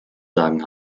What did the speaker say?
sagen